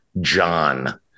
John